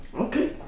Okay